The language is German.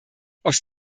aus